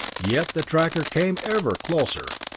yet the tracker came ever closer.